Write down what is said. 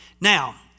Now